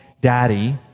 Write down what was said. daddy